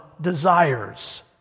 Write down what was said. desires